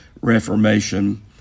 Reformation